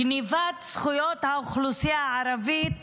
גנבת זכויות האוכלוסייה הערבית